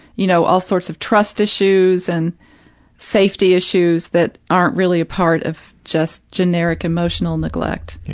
you know, all sorts of trust issues and safety issues that aren't really a part of just generic emotional neglect,